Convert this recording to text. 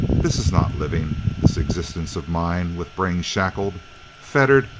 this is not living this existence of mine with brain shackled, fettered,